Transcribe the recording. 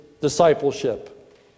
discipleship